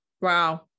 Wow